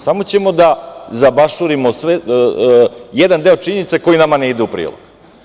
Samo ćemo da zabašurimo jedan deo činjenica koji nama ne ide u prilog.